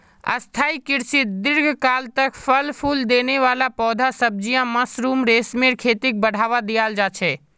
स्थाई कृषित दीर्घकाल तक फल फूल देने वाला पौधे, सब्जियां, मशरूम, रेशमेर खेतीक बढ़ावा दियाल जा छे